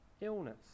illness